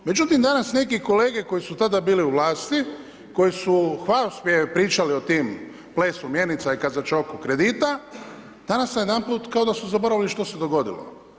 Međutim danas neki kolege koji su tada bili u vlasti, koji su hvalospjeve pričali o tim plesu mjenica i kazačoku kredita danas najedanput kao da su zaboravili što se dogodilo.